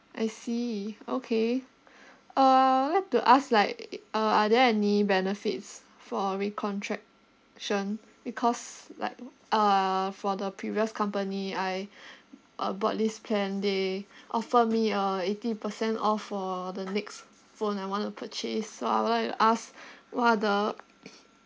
I see okay uh I would like to ask like uh are there any benefits for recontraction because like uh for the previous company I uh bought this plan they offer me a eighty percent off for the next phone I want to purchase so I would like to ask what are the